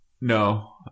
No